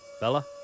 Bella